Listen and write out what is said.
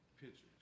pictures